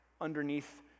underneath